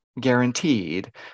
guaranteed